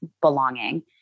belonging